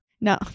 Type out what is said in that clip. no